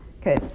Okay